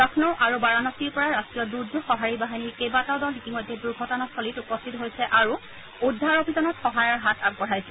লক্ষ্ণৌ আৰু বাৰানসীৰ পৰা ৰাষ্ট্ৰীয় দুৰ্যোগ সঁহাৰি বাহিনীৰ কেবাটাও দল ইতিমধ্যে দুৰ্ঘটনাস্থলীত উপস্থিত হৈছে আৰু উদ্ধাৰ অভিযানত সহায়ৰ হাত আগবঢ়াইছে